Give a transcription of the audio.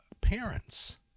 parents